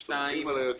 ו-(2)